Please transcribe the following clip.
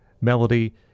melody